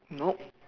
nope